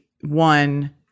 one